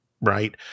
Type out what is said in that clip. right